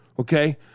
okay